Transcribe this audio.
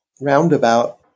roundabout